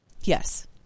yes